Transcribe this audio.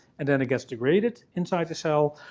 and then it gets degraded inside the cell.